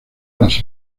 las